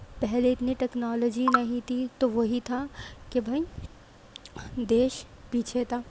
پہلے اتنی ٹیکنالوجی نہیں تھی تو وہی تھا کہ بھائی دیش پیچھے تھا